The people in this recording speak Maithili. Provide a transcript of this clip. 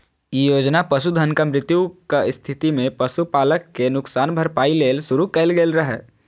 ई योजना पशुधनक मृत्युक स्थिति मे पशुपालक कें नुकसानक भरपाइ लेल शुरू कैल गेल रहै